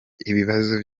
ibibazo